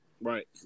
right